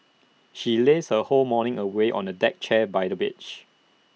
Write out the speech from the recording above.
she lazed her whole morning away on A deck chair by the beach